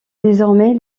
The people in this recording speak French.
désormais